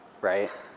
right